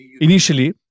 Initially